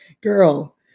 girl